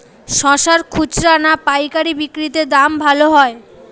শশার খুচরা না পায়কারী বিক্রি তে দাম ভালো হয়?